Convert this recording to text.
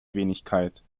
wenigkeit